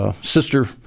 sister